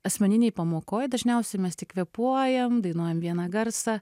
asmeninėj pamokoj dažniausiai mes tik kvėpuojam dainuojam vieną garsą